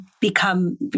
become